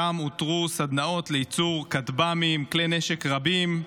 שם אותרו סדנאות לייצור כטב"מים, כלי נשק רבים,